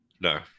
No